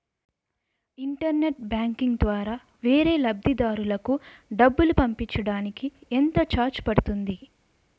Internet banking ద్వారా వేరే లబ్ధిదారులకు డబ్బులు పంపించటానికి ఎంత ఛార్జ్ పడుతుంది?